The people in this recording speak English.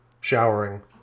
showering